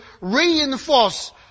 reinforce